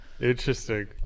Interesting